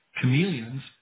chameleons